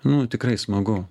nu tikrai smagu